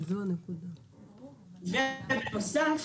בנוסף,